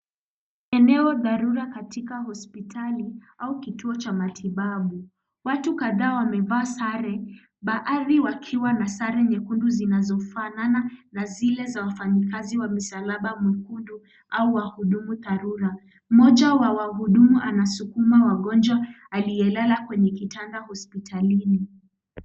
Eneo dharura katika hospitali au kituo cha matibabu. Watu kadhaa wamevaa sare baadhi wakiwa na sare nyekundu zinazofanana na zile za wafanyakazi wa msalaba mwekundu au wahudumu dharura. Mmoja wa wahudumu anasukuma wagonjwa aliyelala kwenye kitanda hospitalini.